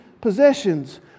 possessions